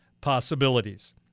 possibilities